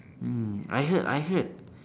mm I heard I heard